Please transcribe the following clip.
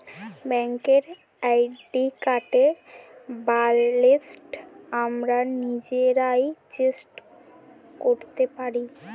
bank অ্যাকাউন্টের balance আমরা নিজেরা চেক করতে পারি